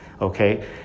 okay